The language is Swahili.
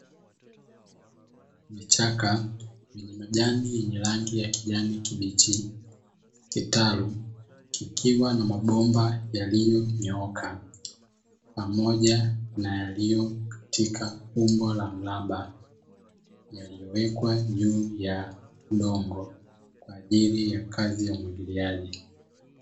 Vichaka vyenye majani yenye rangi ya kijani kibichi, vitalu kikiwa na mabomba yaliyonyooka, pamoja na yaliyo katika umbo la mraba, yaliyowekwa juu ya udongo kwa ajili ya kazi ya umwagiliaji.